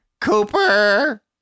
Cooper